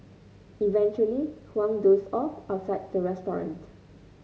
eventually Huang dozed off outside the restaurant